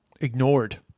ignored